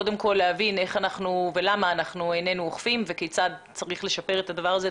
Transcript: קודם כל להבין איך ולמה אנחנו לא אוכפים וכיצד צריך לשפר את הדבר הזה.